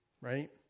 right